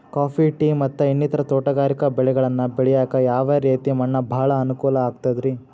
Coffee, tea, ಮತ್ತ ಇನ್ನಿತರ ತೋಟಗಾರಿಕಾ ಬೆಳೆಗಳನ್ನ ಬೆಳೆಯಾಕ ಯಾವ ರೇತಿ ಮಣ್ಣ ಭಾಳ ಅನುಕೂಲ ಆಕ್ತದ್ರಿ?